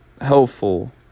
helpful